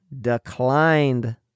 declined